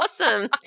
Awesome